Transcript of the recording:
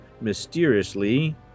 mysteriously